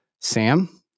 Sam